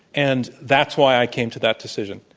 and that's why i came to that decision.